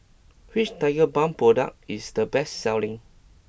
which Tigerbalm product is the best selling